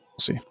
see